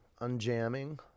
unjamming